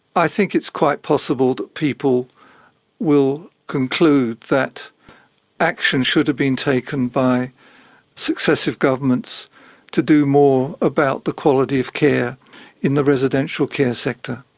i think it's quite possible that people will conclude that action should've been taken by successive governments to do more about the quality of care in the residential care sector.